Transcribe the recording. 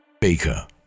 Baker